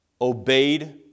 obeyed